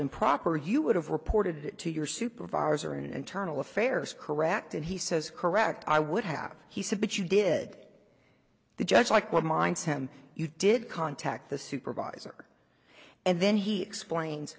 improper you would have reported it to your supervisor in an internal affairs correct and he says correct i would have he said but you did the judge like what minds him you did contact the supervisor and then he explain